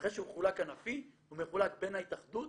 ואחרי שהוא חולק ענפי הוא מחולק בין ההתאחדות